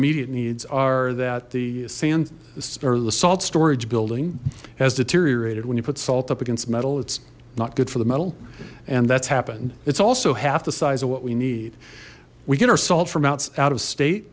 immediate needs are that the sand or the salt storage building has deteriorated when you put salt up against metal it's not good for the metal and that's happened it's also half the size of what we need we get our salt from out out of state